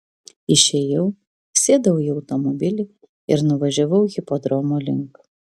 išėjau sėdau į automobilį ir nuvažiavau hipodromo link